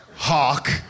Hawk